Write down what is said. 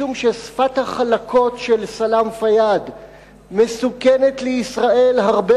משום ששפת החלקות של סלאם פיאד מסוכנת לישראל הרבה